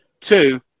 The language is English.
Two